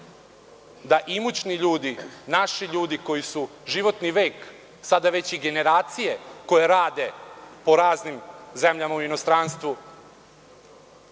da imućni ljudi, naši ljudi koji su životni vek, sada već i generacije koje rade po raznim zemljama u inostranstvu,